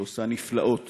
שעושה נפלאות